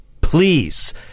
Please